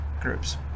groups